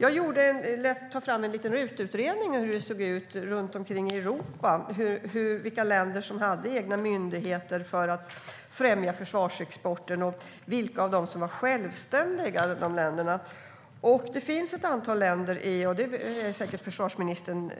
Jag lät ta fram en liten RUT-utredning av hur det ser ut runt omkring i Europa, vilka länder som har egna myndigheter för att främja försvarsexporten och vilka av de myndigheterna som är självständiga. Det här är säkert försvarsministern